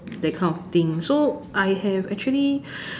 that kind of thing so I have actually